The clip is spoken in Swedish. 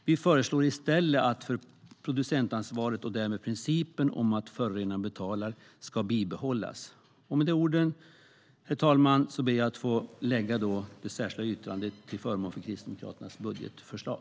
Vi föreslår i stället att producentansvaret bibehålls och därmed principen om att förorenaren betalar. Herr talman! Med dessa ord hänvisar jag till det särskilda yttrandet till förmån för Kristdemokraternas budgetförslag.